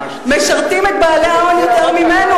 משרתים את בעלי ההון יותר ממנו.